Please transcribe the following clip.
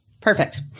Perfect